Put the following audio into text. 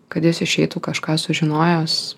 kad jis išeitų kažką sužinojęs